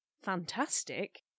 fantastic